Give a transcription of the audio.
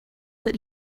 that